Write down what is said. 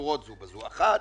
שקשורות זו בזו: אחת,